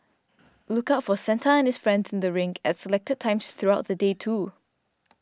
look out for Santa and his friends in the rink at selected times throughout the day too